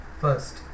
First